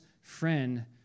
friend